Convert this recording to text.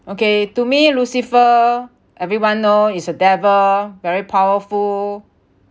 okay to me lucifer everyone know it's a devil very powerful